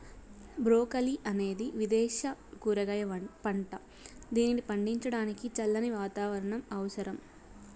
broccoli అనేది విదేశ కూరగాయ పంట, దీనిని పండించడానికి చల్లని వాతావరణం అవసరం